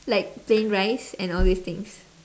like plain rice and all these things